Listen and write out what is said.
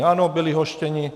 Ano, byli hoštěni.